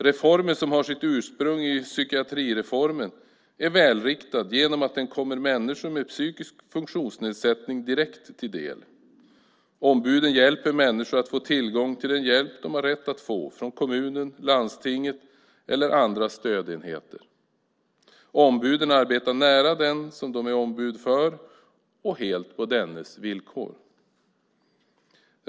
Reformen som har sitt ursprung i psykiatrireformen är välriktad genom att den kommer människor med psykisk funktionsnedsättning direkt till del. Ombuden hjälper människor att få tillgång till den hjälp de har rätt att få, från kommunen, landstinget och olika stödenheter. Ombuden arbetar nära den som de är ombud för och helt på dennes villkor.